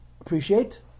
appreciate